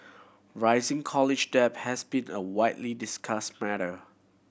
rising college debt has been a widely discussed matter